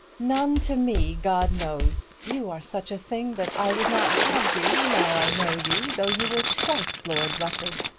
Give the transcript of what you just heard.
none to me, god knows. you are such a thing that i would not have you now i know you, though you were twice lord rufford.